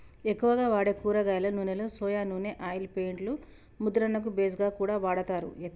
ఎక్కువగా వాడే కూరగాయల నూనెలో సొయా నూనె ఆయిల్ పెయింట్ లు ముద్రణకు బేస్ గా కూడా వాడతారు